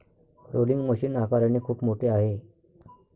rolling machine आकाराने खूप मोठे आहे